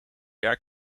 jaar